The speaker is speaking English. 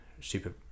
super